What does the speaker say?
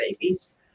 babies